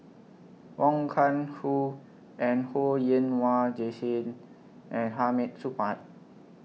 Wong Kah Ho and Ho Yen Wah Jesmine and Hamid Supaat